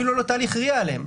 אפילו לא תהליך RIA עליהם,